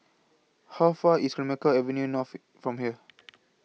How Far IS Clemenceau Avenue North from here